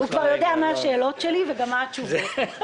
אתה כבר יודע מראש את השאלות שלי ואת התשובות אליהן.